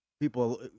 people